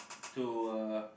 to uh